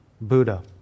Buddha